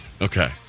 Okay